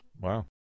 wow